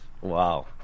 Wow